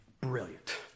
Brilliant